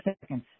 seconds